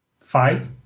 fight